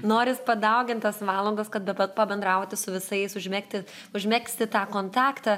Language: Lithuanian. noris padaugint tas valandas kada bet pabendrauti su visais užmegti užmegzti tą kontaktą